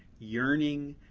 yearning,